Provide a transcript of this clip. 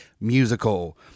Musical